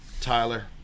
Tyler